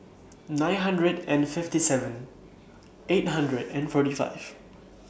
nine hundred and fifty seven eight hundred and forty five